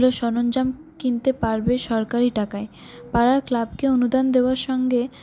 সরঞ্জাম কিনতে পারবে সরকারি টাকায় পাড়ার ক্লাবকে অনুদান দেওয়ার সঙ্গে